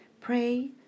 pray